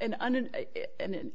and